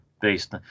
based